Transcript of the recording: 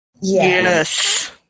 Yes